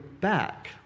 back